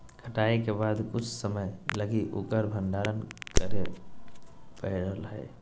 कटाई के बाद कुछ समय लगी उकर भंडारण करे परैय हइ